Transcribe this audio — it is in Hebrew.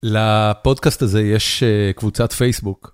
לפודקאסט הזה יש קבוצת פייסבוק.